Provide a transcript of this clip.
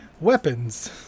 weapons